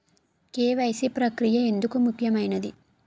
KYC ప్రక్రియ ఎందుకు ముఖ్యమైనది?